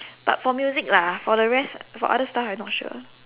but for music lah for the rest for other stuff I not sure